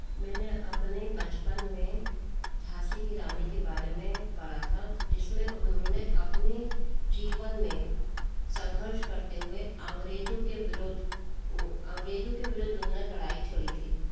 मैंने अपने बचपन में झाँसी की रानी के बारे में पढ़ा था जिसमें उन्होंने अपने जीवन में संघर्ष करते हुए अंग्रेजों के विरुद्ध अंग्रेजों के विरुद्ध उन्होंने लड़ाई छेड़ी थी